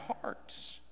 hearts